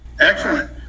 excellent